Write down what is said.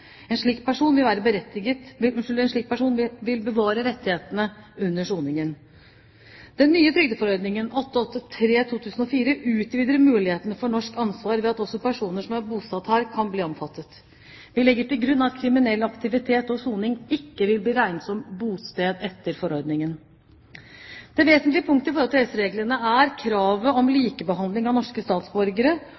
En slik person vil bevare rettighetene under soningen. Den nye trygdeforordningen 883/2004 utvider mulighetene for norsk ansvar ved at også personer som er bosatt her, kan bli omfattet. Vi legger til grunn at kriminell aktivitet og soning ikke vil bli regnet som bosted etter forordningen. Det vesentlige punktet i forhold til EØS-reglene er kravet om